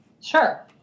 Sure